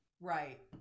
Right